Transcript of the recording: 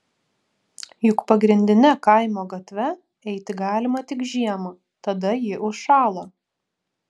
juk pagrindine kaimo gatve eiti galima tik žiemą tada ji užšąla